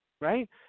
Right